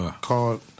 called